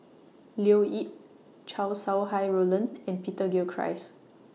Leo Yip Chow Sau Hai Roland and Peter Gilchrist